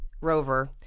rover